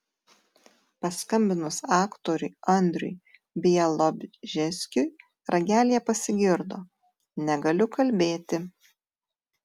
paskambinus aktoriui andriui bialobžeskiui ragelyje pasigirdo negaliu kalbėti